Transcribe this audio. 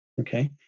okay